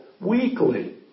weekly